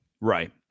right